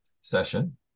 session